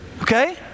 okay